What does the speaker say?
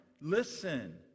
Listen